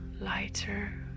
lighter